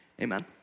amen